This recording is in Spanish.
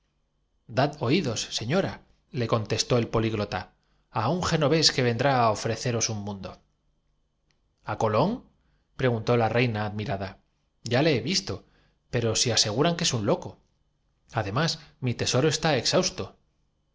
dad oídos señora le contestó el políglota á un genovés que vendrá á ofreceros un mundo á colón preguntó la reina admirada ya le he visto pero si aseguran que es un loco además mi tesoro está exhausto